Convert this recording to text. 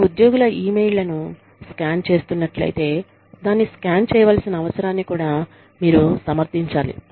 మీ ఉద్యోగుల ఇమెయిళ్ళను స్కాన్ చేస్తున్నట్లయితే దాన్ని స్కాన్ చేయవలసిన అవసరాన్ని కూడా మీరు సమర్థించాలి